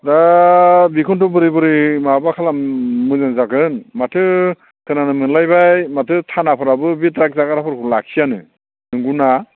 दा बिखौथ' बोरै बोरै माबा खालाम मोजां जागोन माथो खोनानो मोनलायबाय माथो थानाफोराबो बे ड्राग्स जाग्राफोरखौ लाखिया नो नंगौना